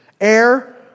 Air